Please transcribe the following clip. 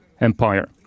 Empire